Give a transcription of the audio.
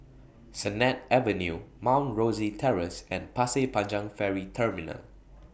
Sennett Avenue Mount Rosie Terrace and Pasir Panjang Ferry Terminal